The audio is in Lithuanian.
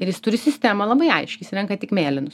ir jis turi sistemą labai aiškią jis renka tik mėlynus